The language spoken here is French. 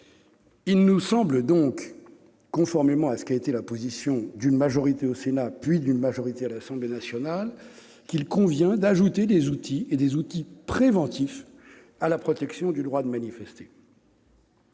Il nous semble donc, conformément à la position d'une majorité au Sénat, puis d'une majorité à l'Assemblée nationale, qu'il convient d'ajouter des outils, des outils préventifs, à la protection du droit de manifester.